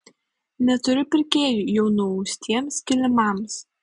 neturiu pirkėjų jau nuaustiems kilimams